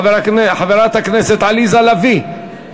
חברת הכנסת עליזה לביא,